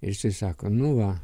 ir jisai sako nu va